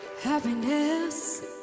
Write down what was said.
Happiness